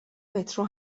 مترو